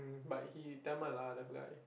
mm but he Tamil lah that guy